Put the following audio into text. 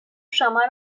شما